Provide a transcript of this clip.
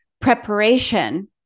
preparation